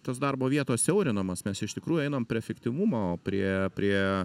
tos darbo vietos siaurinamos mes iš tikrųjų einam prie fiktyvumo prie prie